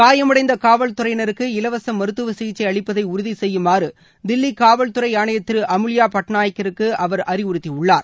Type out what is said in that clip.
காயமடைந்தகாவல் துறையினருக்கு இலவசமருத்துவசிகிச்சை அளிப்பதைஉறுதிசெய்யுமாறுதில்லிகாவல் துறைஆணையர் திருஅமுல்யாபட்நாயக்கிற்குஅவர் அறிவுறுத்தியுள்ளார்